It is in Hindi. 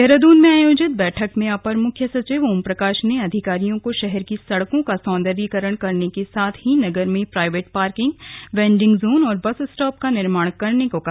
देहरादून में आयोजित बैठक में अपर मुख्य सचिव ओमप्रकाश ने अधिकारियों को शहर की सड़कों का सौन्दर्यीकरण करने के साथ ही नगर में प्राईवेट पार्किंग वेन्डिंग जोन और बस स्टॉप का निर्माण करने को कहा